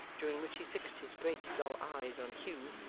during which he fixed his great dull eyes on hugh,